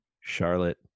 Charlotte